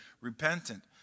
repentant